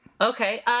Okay